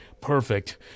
Perfect